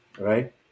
right